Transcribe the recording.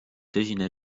tõsine